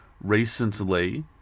recently